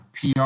PR